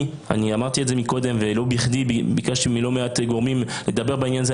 אני אמרתי קודם ולא בכדי ביקשתי מלא מעט גורמים לדבר בעניין הזה.